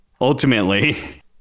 ultimately